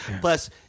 Plus